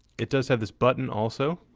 it does have this button also